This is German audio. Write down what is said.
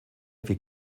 wie